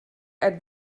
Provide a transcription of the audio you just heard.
ein